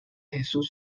jesús